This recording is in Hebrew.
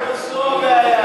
לא זו הבעיה.